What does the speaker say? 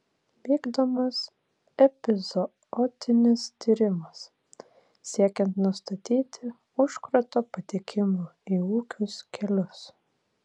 vykdomas epizootinis tyrimas siekiant nustatyti užkrato patekimo į ūkius kelius